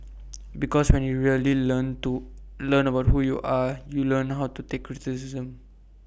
because when you really learn to learn about who you are you learn how to take